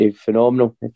Phenomenal